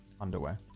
underwear